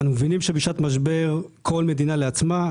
אנחנו מבינים שבשעת משבר כל מדינה לעצמה.